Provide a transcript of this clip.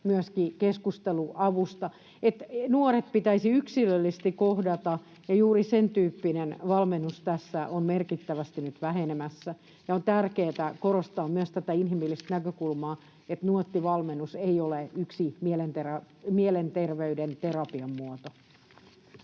itse keskusteluavusta. Eli nuoret pitäisi yksilöllisesti kohdata, ja juuri sen tyyppinen valmennus tässä on merkittävästi nyt vähenemässä. On tärkeätä korostaa myös tätä inhimillistä näkökulmaa, että Nuotti-valmennus ei ole yksi mielenterveyden terapian muoto.